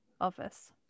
office